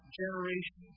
generation